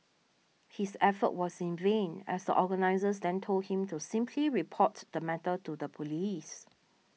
his effort was in vain as the organisers then told him to simply report the matter to the police